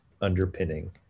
underpinning